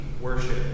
worship